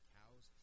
cows